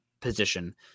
position